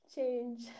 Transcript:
Change